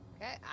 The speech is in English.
Okay